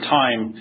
time